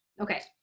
Okay